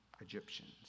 Egyptians